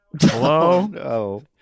Hello